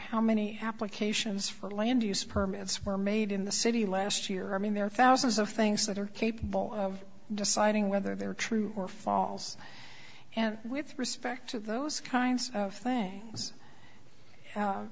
how many applications for land use permits were made in the city last year i mean there are thousands of things that are capable of deciding whether they're true or false and with respect to those kinds of things